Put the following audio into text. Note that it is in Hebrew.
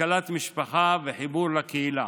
כלכלת משפחה וחיבור לקהילה.